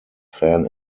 fan